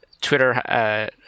Twitter